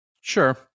Sure